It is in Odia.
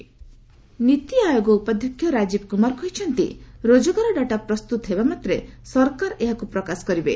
ନୀତି ଏମ୍ବେଏମେଣ୍ଟ ନୀତି ଆୟୋଗ ଉପାଧ୍ୟକ୍ଷ ରାଜୀବ କୁମାର କହିଛନ୍ତି ରୋଜଗାର ଡାଟା ପ୍ରସ୍ତୁତ ହେବାମାତ୍ରେ ସରକାର ଏହାକୁ ପ୍ରକାଶ କରିବେ